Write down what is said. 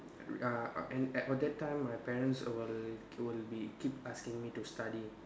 uh and at on that time my parents will will be keep asking me to study